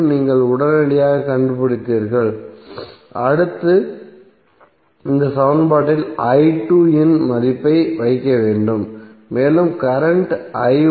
நீங்கள் உடனடியாகக் கண்டுபிடித்தீர்கள் அடுத்து இந்த சமன்பாட்டில் இன் மதிப்பை வைக்க வேண்டும் மேலும் கரண்ட் ஐ 0